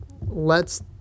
lets